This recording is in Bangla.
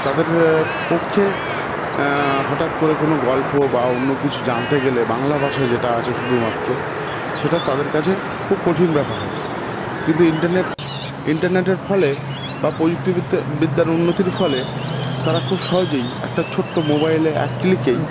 তাদের পক্ষে হঠাৎ করে কোনো গল্প বা অন্য কিছু জানতে গেলে বাংলা ভাষা যেটা আছে শুধুমাত্র সেটা তাদের কাছে খুব কঠিন ব্যাপার হতো কিন্তু ইন্টারনেট ইন্টারনেটের ফলে বা প্রযুক্তিবিদ্যা বিদ্যার উন্নতির ফলে তারা খুব সহজেই একটা ছোট্ট মোবাইলে এক ক্লিকেই